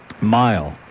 mile